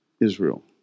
Israel